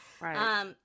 Right